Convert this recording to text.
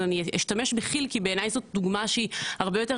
אז אז אני אשתמש בכיל כי זו דוגמה שהיא הרבה יותר